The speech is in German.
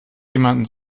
jemanden